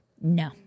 No